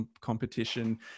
competition